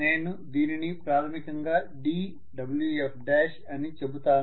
నేను దీన్ని ప్రాథమికంగా dWf అని చెబుతాను